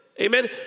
amen